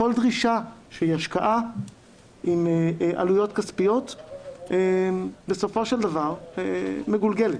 כל דרישה שהיא השקעה עם עלויות כספיות בסופו של דבר מגולגלת.